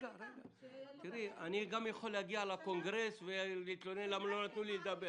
אני גם יכול להגיע לקונגרס ולהתלונן למה לא נתנו לי לדבר.